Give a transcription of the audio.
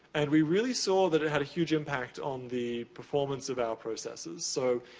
and we really saw that it had a huge impact on the performance of our processes. so,